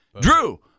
Drew